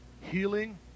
healing